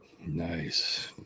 Nice